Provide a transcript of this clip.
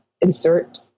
insert